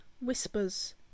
Whispers